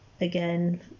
again